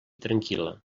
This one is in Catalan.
tranquil·la